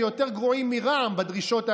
שיותר גרועים מרע"מ בדרישות האלה,